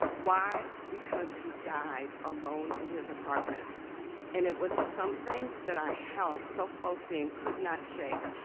why? because he died alone in his apartment and it was something that i held so closely and could not shake,